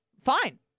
Fine